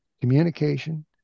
communication